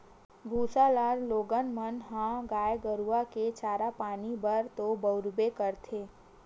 भूसा ल लोगन मन ह गाय गरु के चारा पानी बर तो बउरबे करथे